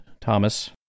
Thomas